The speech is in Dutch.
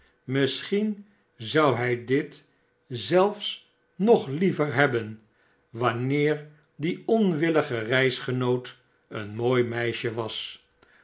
misschien zou hij di zelfs nog liever hebben wanneer die onwillige reisgenoot een mooi meisje was